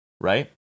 Right